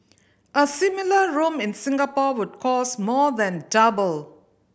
a similar room in Singapore would cost more than double